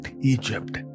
Egypt